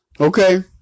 okay